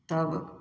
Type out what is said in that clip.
तब